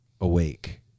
awake